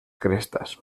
crestas